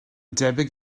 debyg